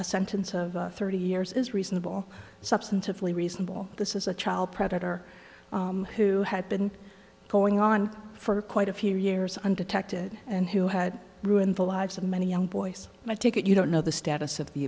a sentence of thirty years is reasonable substantively reasonable this is a child predator who had been going on for quite a few years undetected and who had ruined the lives of many young boys and i take it you don't know the status of the